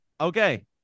Okay